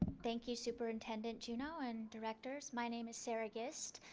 thank you superintendent juneau and directors. my name is sara gist.